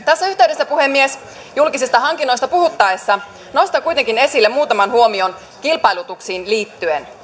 tässä yhteydessä puhemies julkisista hankinnoista puhuttaessa nostan kuitenkin esille muutaman huomion kilpailutuksiin liittyen